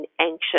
anxious